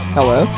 Hello